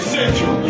Central